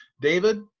David